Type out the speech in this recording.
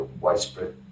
widespread